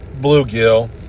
bluegill